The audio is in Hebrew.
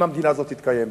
אם המדינה הזאת תתקיים,